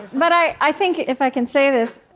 but i i think if i can say this,